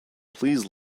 please